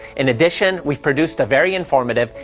in addition, we've produced a very informative,